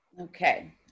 Okay